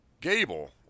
Gable